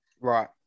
Right